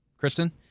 Kristen